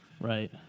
Right